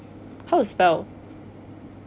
how to spell